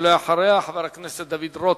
ואחריה, חבר הכנסת דוד רותם.